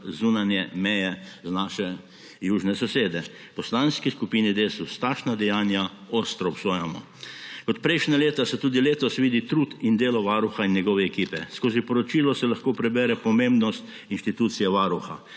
zunanji meji. V Poslanski skupini Desus takšna dejanja ostro obsojamo. Kot prejšnja leta se tudi letos vidi trud in delo varuha in njegove ekipe. Skozi poročilo se lahko prebere pomembnost inštitucije Varuha,